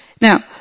Now